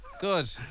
good